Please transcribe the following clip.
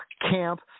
camp